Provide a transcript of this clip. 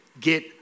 get